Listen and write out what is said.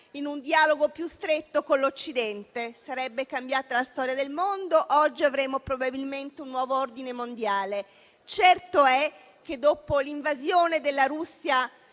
in un dialogo più stretto con l'Occidente. Sarebbe cambiata la storia del mondo e oggi avremmo probabilmente un nuovo ordine mondiale. Certo è che, dopo l'invasione dell'Ucraina